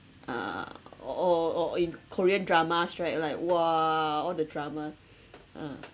uh or or or or in korean dramas right like !wah! all the drama